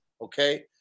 Okay